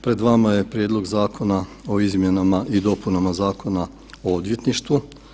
Pred vama je Prijedlog zakona o izmjenama i dopunama Zakona o odvjetništvu.